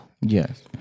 Yes